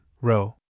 row